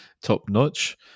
top-notch